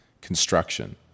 construction